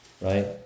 Right